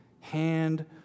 hand